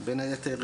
בין היתר,